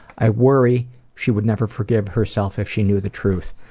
i worry she would never forgive herself if she knew the truth